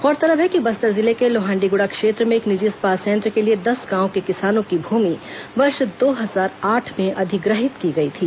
गौरतलब है कि बस्तर जिले के लोहांडीगुड़ा क्षेत्र में एक निजी इस्पात संयंत्र के लिए दस गांवों के किसानों की भूमि वर्ष दो हजार आठ में अधिग्रहित की गई थी